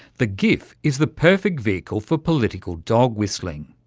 the gif is the perfect vehicle for political dog-whistling.